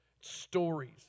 stories